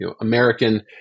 American